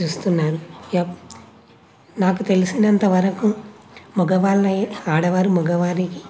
చూస్తున్నారు నాకు తెలిసినంతవరకు మగవాళ్ళై ఆడవారు మగవారికి